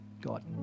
God